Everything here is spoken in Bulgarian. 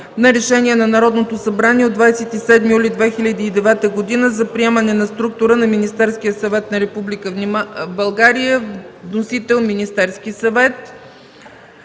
на Решение на Народното събрание от 27 юли 2009 г. за приемане на структура на Министерски съвет на Република България, вносител е Министерският съвет;